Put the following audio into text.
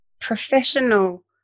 professional